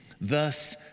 Thus